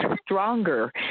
stronger